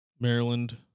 Maryland